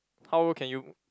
how can you